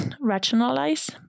rationalize